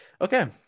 Okay